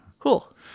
Cool